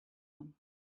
one